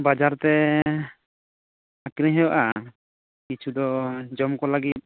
ᱵᱟᱡᱟᱨᱛᱮ ᱟᱠᱷᱨᱤᱧ ᱦᱩᱭᱩᱜᱼᱟ ᱠᱤᱪᱷᱩᱫᱚ ᱡᱚᱢᱠᱚ ᱞᱟᱹᱜᱤᱫ